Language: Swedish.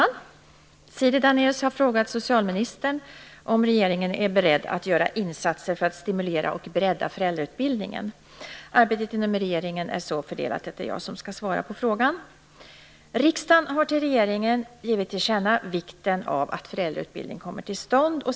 Fru talman! Siri Dannaeus har frågat socialministern om regeringen är beredd att göra insatser för att stimulera och bredda föräldrautbildningen. Arbetet inom regeringen är så fördelat att det är jag som skall svara på frågan. Riksdagen har till regeringen givit till känna vikten av att föräldrautbildning kommer till stånd.